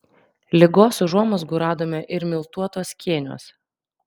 ligos užuomazgų radome ir miltuotuos kėniuos